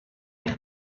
eich